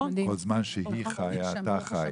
כל זמן שהיא חיה אתה חי,